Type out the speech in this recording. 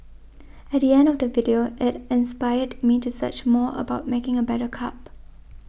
at the end of the video it inspired me to search more about making a better cup